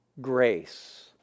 grace